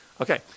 Okay